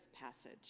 passage